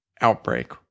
outbreak